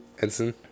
Edson